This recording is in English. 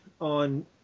on